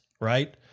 right